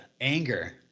anger